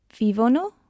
vivono